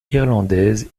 irlandaise